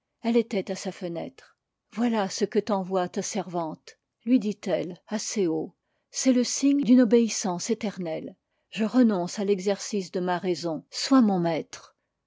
elle était à sa fenêtre voilà ce que t'envoie ta servante lui dit-elle assez haut c'est le signe d'une obéissance éternelle je renonce à l'exercice de ma raison sois mon maître